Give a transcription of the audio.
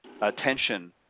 attention